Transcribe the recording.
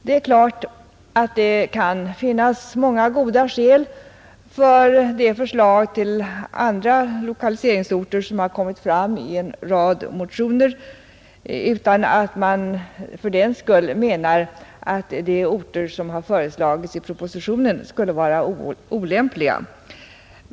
Det är klart att det kan finnas många goda skäl för de förslag till andra lokaliseringsorter som har kommit fram i en rad motioner, utan att man fördenskull menar att de orter som föreslagits i propositionen skulle vara olämpliga.